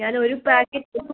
ഞാനൊരു പാക്കറ്റും